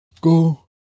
go